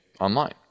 online